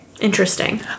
Interesting